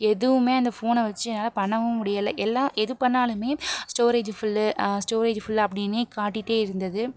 எதுவுமே அந்த ஃபோனை வச்சு என்னால் பண்ணவும் முடியலை எல்லாம் எது பண்ணாலுமே ஸ்டோரேஜ் ஃபுல் ஸ்டோரேஜ் ஃபுல் அப்படின்னே காட்டிகிட்டே இருந்தது